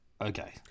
Okay